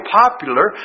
popular